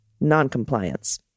noncompliance